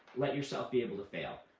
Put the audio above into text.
let yourself be able to fail.